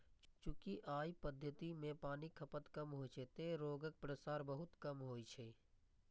चूंकि अय पद्धति मे पानिक खपत कम होइ छै, तें रोगक प्रसार बहुत कम होइ छै